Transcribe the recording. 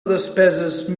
despesa